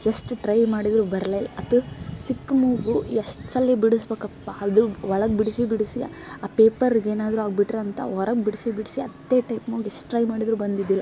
ಎಷ್ಟು ಟ್ರೈ ಮಾಡಿದರೂ ಬರ್ಲೆಲ್ಲ ಅದು ಚಿಕ್ಕ ಮೂಗು ಎಷ್ಟು ಸರ್ತಿ ಬಿಡಸ್ಬೇಕಪ್ಪಾ ಅದು ಒಳಗೆ ಬಿಡಿಸಿ ಬಿಡಿಸಿ ಆ ಪೇಪರ್ಗೆ ಏನಾದರೂ ಆಗ್ಬಿಟ್ಟರೆ ಅಂತ ಹೊರಗೆ ಬಿಡಿಸಿ ಬಿಡಿಸಿ ಅದೇ ಟೈಪ್ ಮೂಗು ಎಷ್ಟು ಟ್ರೈ ಮಾಡಿದರೂ ಬಂದಿದ್ದಿಲ್ಲ